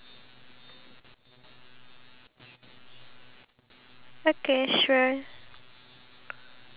you can stay until maybe like around as long as you want but then me I only can have breakfast eighty thirty to nine